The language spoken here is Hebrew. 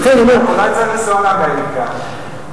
אולי צריך לנסוע לאמריקה?